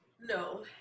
No